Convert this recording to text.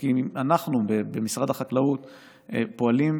וכי אנחנו במשרד החקלאות פועלים,